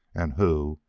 and who,